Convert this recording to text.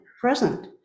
present